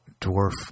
dwarf